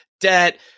debt